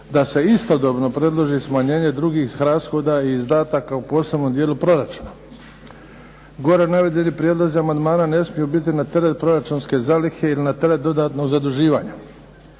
da se istodobno predloži smanjenje drugih rashoda i izdataka u posebnom dijelu proračuna. Gore navedeni prijedlozi amandmana ne smiju biti na teret proračunske zalihe ili na teret dodatnog zaduživanja.